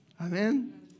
Amen